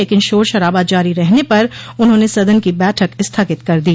लेकिन शोर शराबा जारी रहने पर उन्होंने सदन की बैठक स्थगित कर दी